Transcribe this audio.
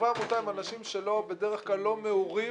חברי עמותה הם אנשים שבדרך כלל לא מעורים